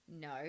No